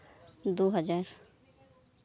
ᱫᱩ ᱦᱟᱡᱟᱨ